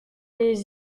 les